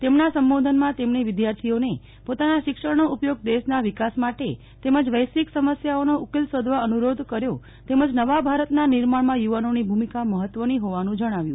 તેમના સંબોધનમાં તેમણે વિધાર્થીઓને પોતાના શિક્ષણનો ઉપયોગ દેશના વિકાસ માટે તેમજ વૈશ્વિક સમસ્યાઓનો ઉકેલ શોધવા અનુ રોધ કર્યો તેમજ નવા ભારતના નિર્માણમાં યુ વાની ભુ મિકા મહત્વની હોવાનું જણાવ્યું